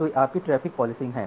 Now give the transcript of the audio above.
तो यह आपकी ट्रैफ़िक पॉलिसिंग है